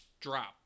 drop